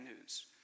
news